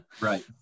right